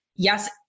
Yes